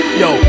yo